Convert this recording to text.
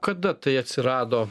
kada tai atsirado